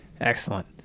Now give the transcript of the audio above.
Excellent